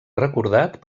recordat